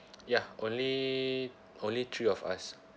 ya only only three of us